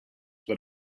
that